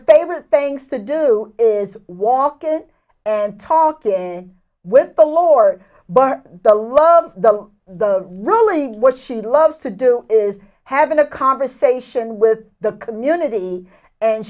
favorite things to do is walk in and talk in with the lore but the love the really what she loves to do is having a conversation with the community and